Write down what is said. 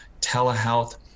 telehealth